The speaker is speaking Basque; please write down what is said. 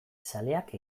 zaleak